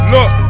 Look